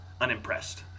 unimpressed